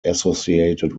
associated